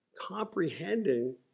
comprehending